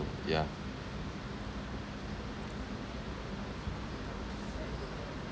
yeah